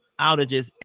outages